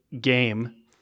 game